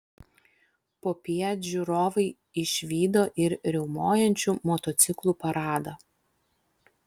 popiet žiūrovai išvydo ir riaumojančių motociklų paradą